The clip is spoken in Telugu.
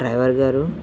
డ్రైవర్ గారూ